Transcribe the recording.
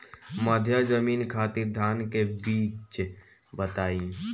मध्य जमीन खातिर धान के बीज बताई?